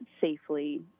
safely